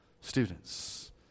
students